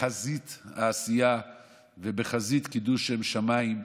בחזית העשייה ובחזית קידוש שם שמיים,